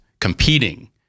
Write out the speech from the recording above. competing